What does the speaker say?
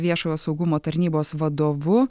viešojo saugumo tarnybos vadovu